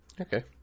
Okay